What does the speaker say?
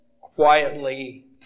Quietly